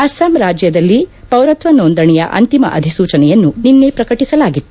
ಅಸ್ವಾಂ ರಾಜ್ಲದಲ್ಲಿ ಪೌರತ್ವ ನೋಂದಣಿಯ ಅಂತಿಮ ಅಧಿಸೂಚನೆ ನಿನ್ನೆ ಪ್ರಕಟಿಸಲಾಗಿತ್ತು